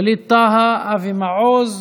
ווליד טאהא, אבי מעוז,